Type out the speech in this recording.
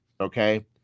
okay